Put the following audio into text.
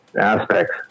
aspects